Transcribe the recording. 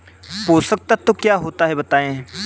पोषक तत्व क्या होते हैं बताएँ?